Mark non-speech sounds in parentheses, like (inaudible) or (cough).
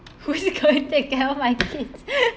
(laughs) who is gonna take care of my kids